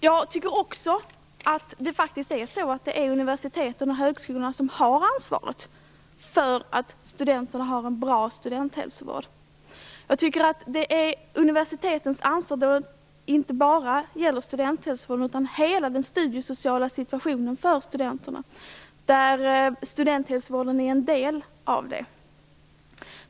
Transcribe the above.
Jag tycker också att det faktiskt är universiteten och högskolorna som har ansvaret för att studenterna har en bra studenthälsovård. Jag tycker att universitetens ansvar inte bara gäller studenthälsovården utan hela den studiesociala situationen för studenterna. Studenthälsovården är en del av det.